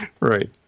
Right